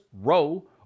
row